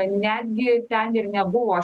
kad netgi ten ir nebuvo